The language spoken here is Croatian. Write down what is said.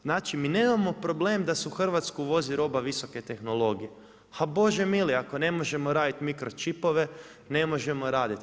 Znači mi nemamo problem da se u Hrvatsku uvozi roba visoke tehnologije, ha Bože mili ako ne možemo raditi mikro čipove, ne možemo raditi.